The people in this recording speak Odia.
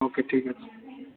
ଓକେ ଠିକ୍ ଅଛି